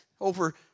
over